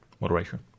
moderation